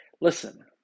listen